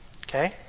Okay